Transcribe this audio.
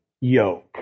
yoke